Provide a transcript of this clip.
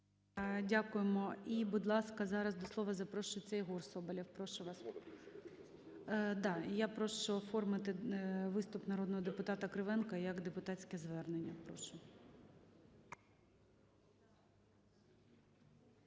Дякуємо. І, будь ласка, зараз до слова запрошується Єгор Соболєв. Прошу вас. Да, і я прошу оформити виступ народного депутата Кривенка як депутатське звернення. Прошу.